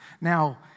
Now